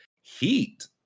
Heat